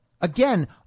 again